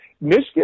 Michigan